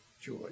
joy